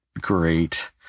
great